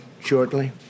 shortly